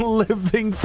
living